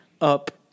up